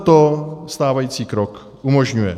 Tohle stávající krok umožňuje.